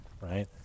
right